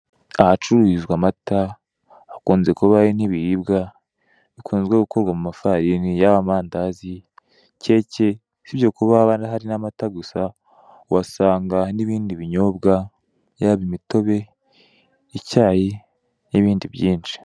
Ahacururizwa amata hakunze kuba hari nibiribwa bikunze gukorwa mumafarini yaba amandazi keke usibye kuba haba hari n'amata gusa uhasanga nibindi binyobwa yaba imitobe icyayi nibindi byinshi.